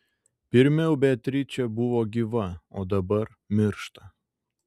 pirmiau beatričė buvo gyva o dabar miršta